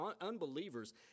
unbelievers